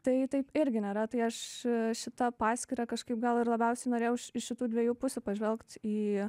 taip irgi nėra tai aš šita paskyra kažkaip gal ir labiausiai norėjau iš šitų dviejų pusių pažvelgti į